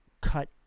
cut